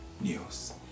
news